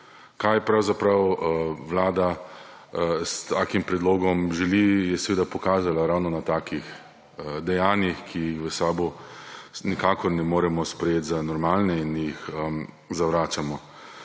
kaj pravzaprav vlada s takim predlogom želi, je seveda pokazala ravno na takih dejanjih, ki jih v SAB nikakor ne moremo sprejeti za normalne in jih zavračamo.